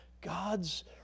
God's